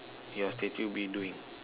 your statue be doing